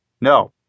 No